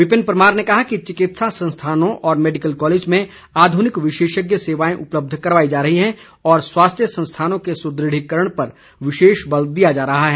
विपिन परमार ने कहा कि चिकित्सा संस्थानों और मैडिकल कॉलेज में आधुनिक विशेषज्ञ सेवाएं उपलब्ध करवाई जा रही है और स्वास्थ्य संस्थानों के सुदृढ़ीकरण पर विशेष बल दिया जा रहा है